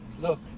look